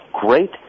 great